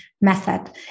method